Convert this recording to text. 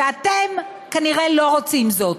ואתם כנראה לא רוצים זאת.